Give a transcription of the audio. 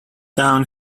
down